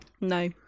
No